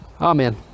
Amen